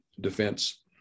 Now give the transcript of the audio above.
defense